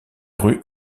rue